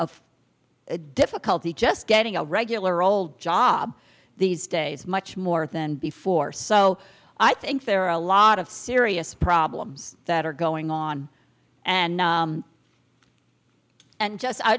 of difficulty just getting a regular old job these days much more than before so i think there are a lot of serious problems that are going on and and just i